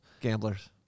Gamblers